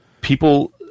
people